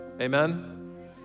Amen